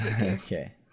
Okay